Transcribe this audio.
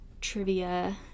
trivia